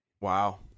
Wow